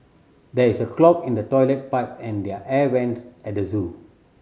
there is a clog in the toilet pipe and the air vents at the zoo